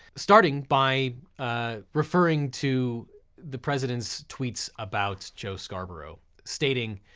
starting by referring to the president's tweets about joe scarborough stating,